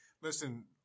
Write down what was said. Listen